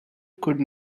could